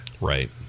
right